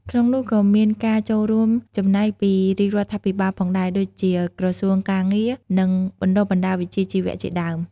ក្នុងនោះក៏មានការចូលរួមចំណែកពីរាជរដ្ឋាភិបាលផងដែរ ដូចជាក្រសួងការងារ និងបណ្ដុះបណ្ដាលវិជ្ជាជីវៈជាដើម។